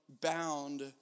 bound